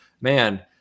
man